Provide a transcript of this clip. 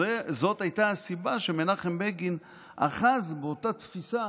זאת הייתה הסיבה שמנחם בגין אחז באותה תפיסה